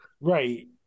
Right